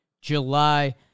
July